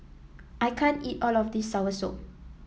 I can't eat all of this soursop